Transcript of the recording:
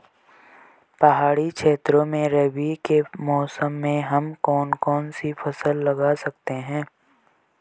पहाड़ी क्षेत्रों में रबी के मौसम में हम कौन कौन सी फसल लगा सकते हैं?